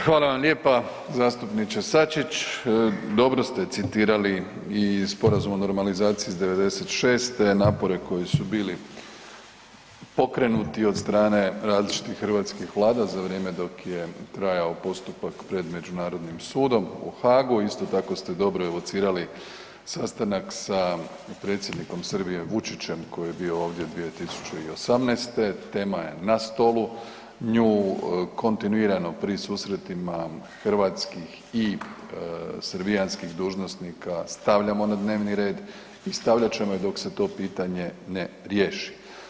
Hvala vam lijepa zastupniče Sačić, dobro ste citirali i sporazum o normalizaciji iz '96., napore koji su bili pokrenuti od strane različitih hrvatskih vlada za vrijeme dok je trajao postupak pred Međunarodnim sudom u Haagu, isto tako ste dobro alocirali sastanak sa predsjednikom Srbije Vučićem koji je bio ovdje 2018., tema je na stolu, nju kontinuirano pri susretima hrvatskih i srbijanskih dužnosnika stavljamo na dnevni red i stavljat ćemo je dok se to pitanje ne riješi.